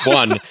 one